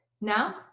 now